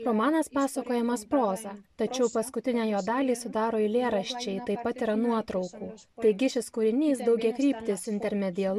romanas pasakojamas proza tačiau paskutinę jo dalį sudaro eilėraščiai taip pat yra nuotraukų taigi šis kūrinys daugiakryptis intermedialus